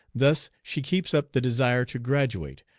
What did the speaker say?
thus she keeps up the desire to graduate,